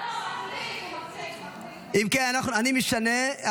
אם כן, אני משנה.